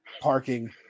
parking